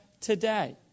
today